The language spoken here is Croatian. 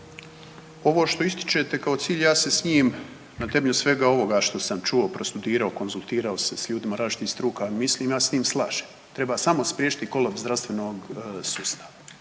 Ovo što ističete kao cilj ja se s njim na temelju svega ovoga što sam čuo, prostudirao, konzultirao se s ljudima različitih struka, mislim ja se s tim slažem . Treba samo spriječiti kolaps zdravstvenog sustava